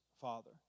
Father